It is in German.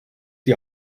die